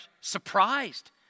surprised